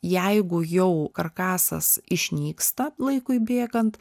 jeigu jau karkasas išnyksta laikui bėgant